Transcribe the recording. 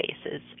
spaces